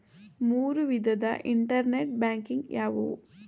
ಮೂರು ವಿಧದ internet banking ಯಾವುವು?